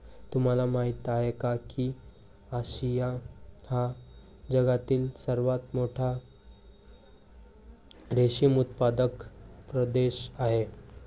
तुम्हाला माहिती आहे का की आशिया हा जगातील सर्वात मोठा रेशीम उत्पादक प्रदेश आहे